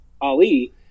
Ali